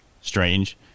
strange